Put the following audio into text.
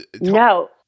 No